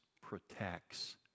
protects